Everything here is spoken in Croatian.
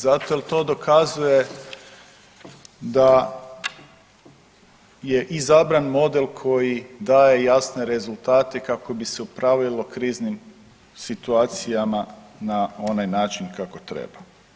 Zato jel to dokazuje da je izabran model koji daje jasne rezultate kako bi se upravilo kriznim situacijama na onaj način kako treba.